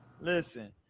Listen